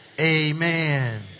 amen